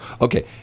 Okay